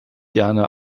gerne